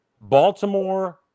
Baltimore